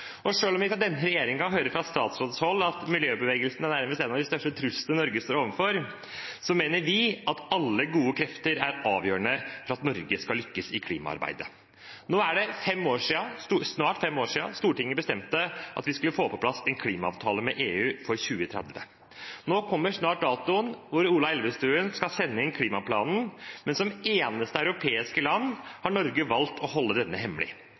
og miljøorganisasjonene. Og selv om vi fra denne regjeringen hører fra statsrådshold at miljøbevegelsen er nærmest en av de største truslene som Norge står overfor, så mener vi at alle gode krefter er avgjørende for at Norge skal lykkes i klimaarbeidet. Nå er det snart fem år siden Stortinget bestemte at vi skulle få på plass en klimaavtale med EU for 2030. Nå kommer snart datoen da Ola Elvestuen skal sende inn klimaplanen, men som eneste europeiske land har Norge valgt å holde denne hemmelig,